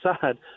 side